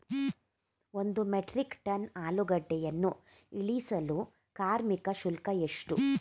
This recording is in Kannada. ಒಂದು ಮೆಟ್ರಿಕ್ ಟನ್ ಆಲೂಗೆಡ್ಡೆಯನ್ನು ಇಳಿಸಲು ಕಾರ್ಮಿಕ ಶುಲ್ಕ ಎಷ್ಟು?